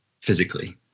physically